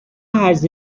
has